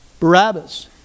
Barabbas